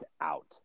out